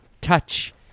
touch